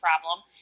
problem